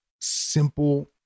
simple